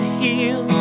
heal